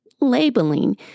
labeling